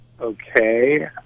Okay